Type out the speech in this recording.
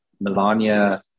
Melania